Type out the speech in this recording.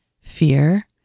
fear